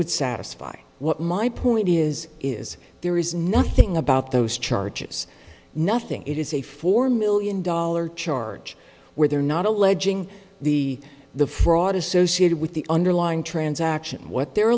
would satisfy what my point is is there is nothing about those charges nothing it is a form million dollars charge where they're not alleging the the fraud associated with the underlying transaction what they're